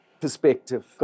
perspective